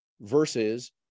versus